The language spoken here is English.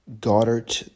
Goddard